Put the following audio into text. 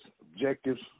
objectives